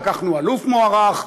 לקחנו אלוף מוערך,